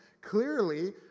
clearly